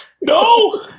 No